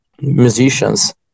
musicians